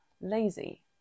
lazy